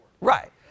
Right